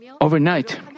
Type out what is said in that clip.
overnight